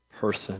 person